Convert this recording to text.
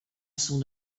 son